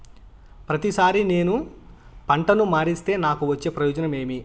ప్రతిసారి నేను పంటను మారిస్తే నాకు వచ్చే ప్రయోజనం ఏమి?